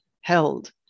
held